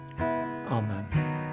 Amen